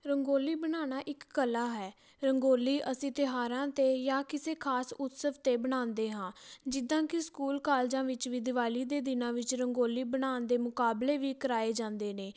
ਰੰਗੋਲੀ ਬਣਾਉਣਾ ਇੱਕ ਕਲਾ ਹੈ ਰੰਗੋਲੀ ਅਸੀਂ ਤਿਉਹਾਰਾਂ 'ਤੇ ਜਾਂ ਕਿਸੇ ਖਾਸ ਉਤਸਵ 'ਤੇ ਬਣਾਉਂਦੇ ਹਾਂ ਜਿੱਦਾਂ ਕਿ ਸਕੂਲ ਕਾਲਜਾਂ ਵਿੱਚ ਵੀ ਦਿਵਾਲੀ ਦੇ ਦਿਨਾਂ ਵਿੱਚ ਰੰਗੋਲੀ ਬਣਾਉਣ ਦੇ ਮੁਕਾਬਲੇ ਵੀ ਕਰਵਾਏ ਜਾਂਦੇ ਨੇ